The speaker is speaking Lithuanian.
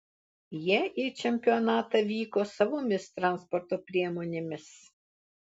jie į čempionatą vyko savomis transporto priemonėmis